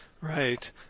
Right